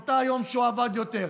אותו יום שהוא עבד יותר,